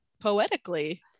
poetically